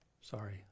Sorry